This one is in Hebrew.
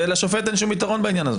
ולשופט אין שום יתרון בעניין הזה.